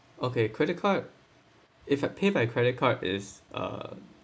okay credit card if I pay by credit card is uh